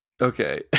Okay